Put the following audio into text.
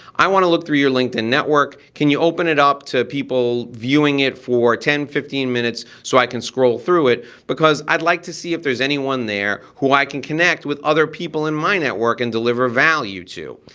i wanna look through your linkedin network can you open it up to people viewing it for ten fifteen minutes so i can scroll through it because i'd like to see if there's anyone there who i can connect with other people in my network and deliver value to.